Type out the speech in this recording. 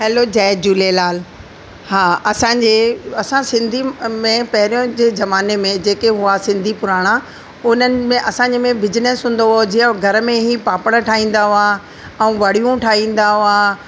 hello जय झूलेलाल हा असांजे असां सिंधी में पहिरियों जे ज़माने में जेके हुआ सिंधी पुराणा उन्हनि में असांजे में बिजनिस हूंदो हुओ जीअं घर में ई पापड़ ठाहींदा हुआ ऐं वड़ियूं ठाहींदा हुआ